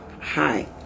hi